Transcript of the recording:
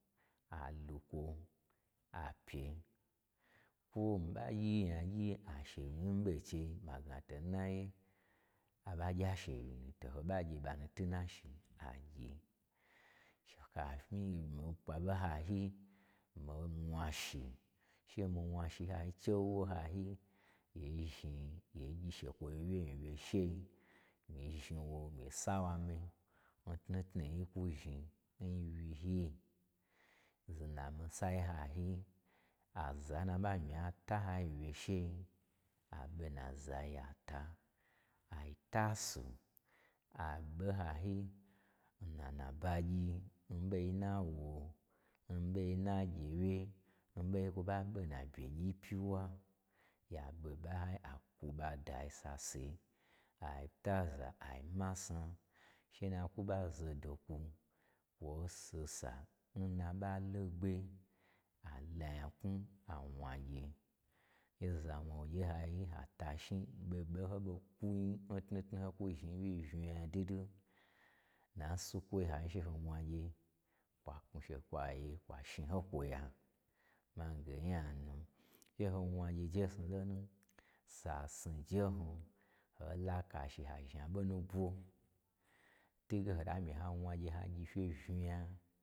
A lukwo apye, kwo mii ɓa gyi nyagyi ahsewyi nu, n mii ɓei chei, ma gna to ri naye, a ɓa gyi ashewyi nu, to ho ɓa gye ɓa nu twu na shi a gyi, kapyi mii kpe lo n hayi, mii wna shi, she mii wna shi n hayi chewo, n hayi, yi zhni yi gyi shekwoyi wye n hayi nwyeshei, mii zhni wo mii sa wa mi-i n tnutnui n yi kwu zhni nwyi-i, zon na mi-isai n hayi, aza n na ɓa myi atan hayi n weshei, a ɓo nnazai ata. Ai tasu, a ɓon hayin na nabagyi yi n ɓoi n na wo, n ɓoi n na gye wye, n ɓoi n kwo baɓe n na byegyi-i n pyiwa, ya ɓe n ɓai n hayi, a kwuɓa do ai sase, ai taza ai masna, she na kwu ɓa zo da kwu, kwo sisan na ɓa lo gbe, a la nyaknwu awnagye, che za wna gye n hayi, ha tashni ɓeɓe n ho ɓo kwu n tnutnu n ho kwu zhni n wyi-i unya dwudwu, dna n sukwoyi n hayi she ho wnagye kwa knwu fye kwashni ho kwoya. Mange onya nu, she ho wnagye n jesnu lon, sa snu njein, ho laka shi ha zhna ɓo nubwo, twuge ho ta myi ha wna gyen hagyi fye unyan.